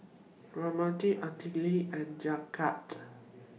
Ramdev Atal and Jagat